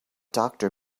doctor